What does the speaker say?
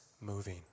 moving